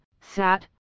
Sat